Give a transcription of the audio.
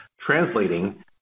translating